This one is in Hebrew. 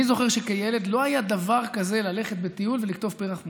אני זוכר שכילד לא היה דבר כזה ללכת בטיול ולקטוף פרח מוגן,